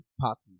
party